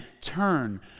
turn